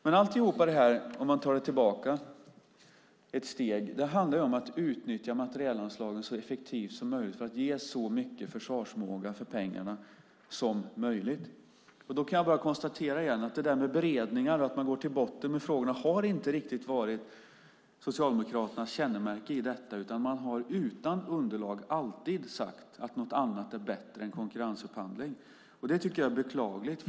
Men allt detta, om man tar det tillbaka ett steg, handlar om att utnyttja materielanslagen så effektivt som möjligt för att få så mycket försvarsförmåga för pengarna som möjligt. Då kan jag bara konstatera igen att detta med beredningar och att man går till botten med frågorna inte riktigt har varit Socialdemokraternas kännemärke i detta sammanhang, utan de har utan underlag alltid sagt att något annat är bättre än konkurrensupphandling. Det tycker jag är beklagligt.